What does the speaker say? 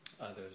others